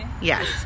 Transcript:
Yes